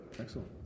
Excellent